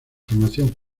formación